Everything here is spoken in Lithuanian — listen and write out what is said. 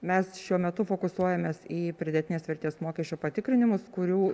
mes šiuo metu fokusuojamės į pridėtinės vertės mokesčio patikrinimus kurių